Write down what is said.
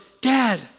Dad